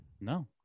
No